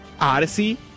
Odyssey